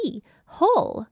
H-O-L-E